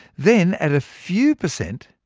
then at a few per cent,